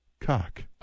Cock